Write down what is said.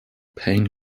payne